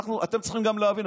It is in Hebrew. אתם צריכים גם להבין,